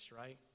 right